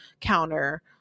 counter